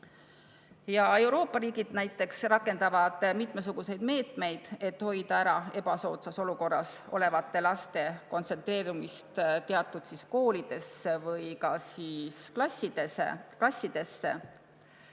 Euroopa riigid näiteks rakendavad mitmesuguseid meetmeid, et hoida ära ebasoodsas olukorras olevate laste kontsentreerumist teatud koolidesse või klassidesse.